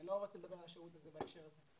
אני לא רוצה לדבר על השירות בהקשר הזה.